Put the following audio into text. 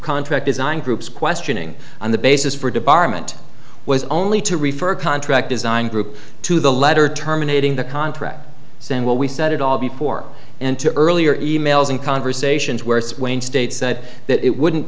contract design groups questioning on the basis for debarment was only to refer contract design group to the letter terminating the contract saying what we said it all before and to earlier e mails in conversations where swing states said that it wouldn't